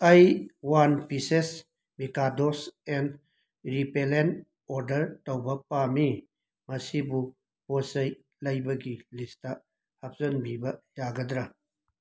ꯑꯩ one pieces ꯃꯤꯀꯥꯗꯣꯁ and repellent order ꯇꯧꯕ ꯄꯥꯝꯃꯤ ꯃꯁꯤꯕꯨ ꯄꯣꯠ ꯆꯩ ꯂꯩꯕꯒꯤ ꯂꯤꯁꯇ ꯍꯥꯞꯆꯤꯟꯕꯤꯕ ꯌꯥꯒꯗ꯭ꯔ